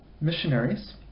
missionaries